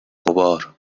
غبار